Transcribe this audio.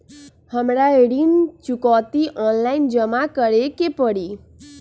हमरा ऋण चुकौती ऑनलाइन जमा करे के परी?